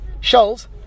shells